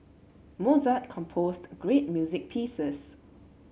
Mozart composed great music pieces